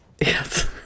Yes